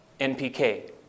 NPK